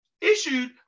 issued